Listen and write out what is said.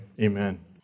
amen